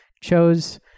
chose